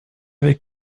avec